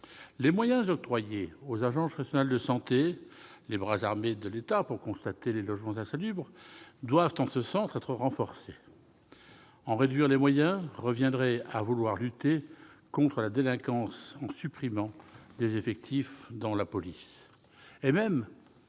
Les moyens octroyés aux agences régionales de santé -bras armés de l'État pour identifier les logements insalubres -doivent être renforcés ; les réduire reviendrait à vouloir lutter contre la délinquance en supprimant des effectifs dans la police